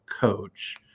coach